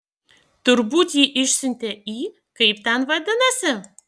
turbūt jį išsiuntė į kaip ten vadinasi